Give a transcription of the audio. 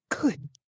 Good